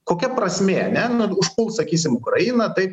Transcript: kokia prasmė ane na užpuls sakysim ukrainą taip